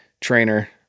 trainer